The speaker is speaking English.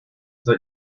that